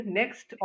next